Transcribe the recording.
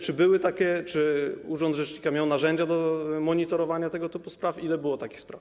Czy były takie sprawy, czy urząd rzecznika miał narzędzia do monitorowania tego typu spraw i ile było takich spraw?